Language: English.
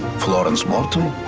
florence to